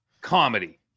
comedy